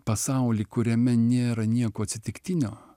pasauly kuriame nėra nieko atsitiktinio